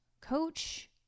coach